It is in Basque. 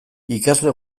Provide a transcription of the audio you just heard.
ikasle